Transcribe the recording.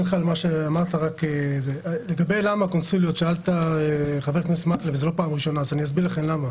שאל חבר הכנסת מקלב למה הקונסוליות ואני אסביר לכם למה.